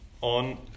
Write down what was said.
on